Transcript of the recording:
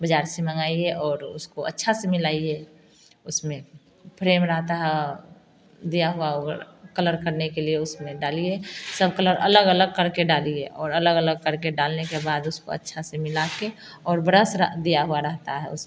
बाज़ार से मँगाइए और उसको अच्छा से मिलाइए उसमें फ्रेम रहता है दिया हुआ होगा कलर करने के लिए उसमें डालिए सब कलर अलग अलग करके डालिए और अलग अलग करके डालने के बाद उसको अच्छा से मिला के और ब्रस दिया हुआ रहता है उसमें